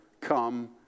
come